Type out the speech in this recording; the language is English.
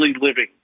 living